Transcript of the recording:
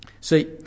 See